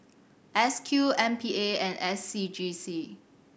S Q M P A and S C G C